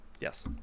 Yes